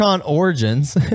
Origins